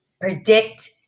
predict